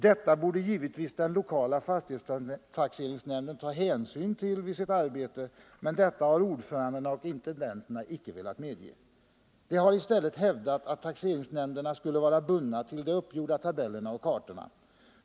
Detta borde givetvis den lokala fastighetstaxeringsnämnden ta hänsyn till vid sitt arbete, men det har ordförandena och intendenterna icke velat medge. De har i stället hävdat att taxeringsnämnderna skulle vara bundna till de uppgjorda tabellerna och kartorna.